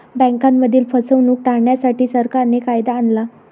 बँकांमधील फसवणूक टाळण्यासाठी, सरकारने कायदा आणला